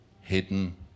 hidden